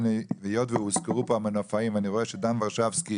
היות והוזכרו פה המנופאים ואני רואה שדן ורשבסקי